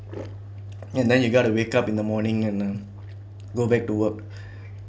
and then you gotta wake up in the morning and uh go back to work